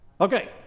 Okay